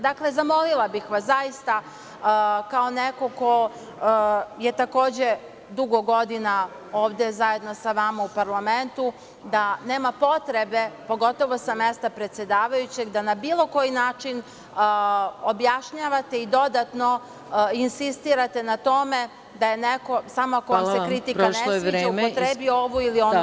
Dakle, zamolila bih vas, zaista, kao neko ko je takođe dugo godina ovde zajedno sa vama u parlamentu, da nema potrebe, pogotovo sa mesta predsedavajućeg, da na bilo koji način objašnjavate i dodatno insistirate na tome da je neko, samo ako vam se kritika ne sviđa, upotrebio ovu ili onu reč.